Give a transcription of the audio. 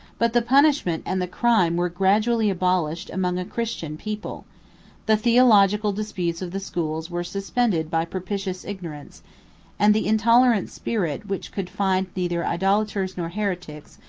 but the punishment and the crime were gradually abolished among a christian people the theological disputes of the schools were suspended by propitious ignorance and the intolerant spirit which could find neither idolaters nor heretics,